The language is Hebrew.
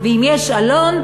ואם יש עלון,